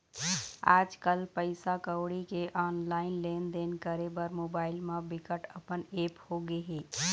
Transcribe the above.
आजकल पइसा कउड़ी के ऑनलाईन लेनदेन करे बर मोबाईल म बिकट अकन ऐप होगे हे